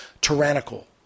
tyrannical